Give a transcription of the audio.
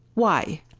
why?